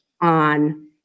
on